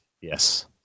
Yes